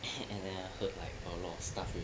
and then I heard like a lot of stuff